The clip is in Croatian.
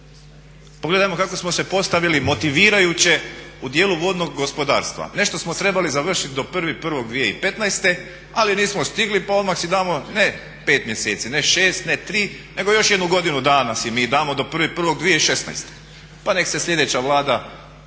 Pogledajmo kako smo se postavili motivirajuće u dijelu vodnog gospodarstva? Nešto smo trebali završiti do 1.01.2015. ali nismo stigli pa odmah si damo ne 5 mjeseci, ne 6, ne 3 nego još jednu godinu dana si mi damo do 1.01.2016. pa nek se sljedeća Vlada